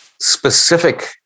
specific